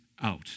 out